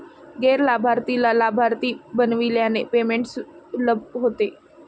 गैर लाभार्थीला लाभार्थी बनविल्याने पेमेंट सुलभ होते